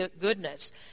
goodness